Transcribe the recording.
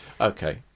Okay